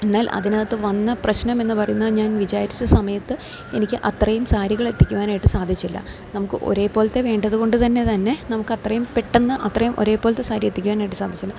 എന്നാൽ അതിനകത്ത് വന്ന പ്രശ്നം എന്നു പറയുന്നത് ഞാൻ വിചാരിച്ച സമയത്ത് എനിക്ക് അത്രയും സാരികളെത്തിക്കുവാനായിട്ട് സാധിച്ചില്ല നമുക്ക് ഒരേപോലത്തെ വേണ്ടതുകൊണ്ട് തന്നെ തന്നെ നമുക്ക് അത്രയും പെട്ടെന്ന് അത്രയും ഒരേപോലത്തെ സാരി എത്തിക്കുവാനായിട്ട് സാധിച്ചില്ല